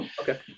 Okay